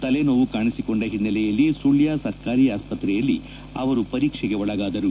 ತಲೆ ನೋವು ಕಾಣಿಸಿಕೊಂಡ ಹಿನ್ನೆಲೆಯಲ್ಲಿ ಸುಳ್ಯ ಸರ್ಕಾರಿ ಆಸ್ಪತ್ರೆಯಲ್ಲಿ ಅವರು ಪರೀಕ್ಷೆಗೆ ಒಳಗಾದರು